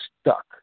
stuck